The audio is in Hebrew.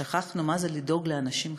שכחנו מה זה לדאוג לאנשים חלשים?